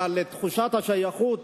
אבל את תחושת השייכות